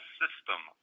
system